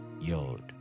Yod